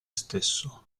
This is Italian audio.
stesso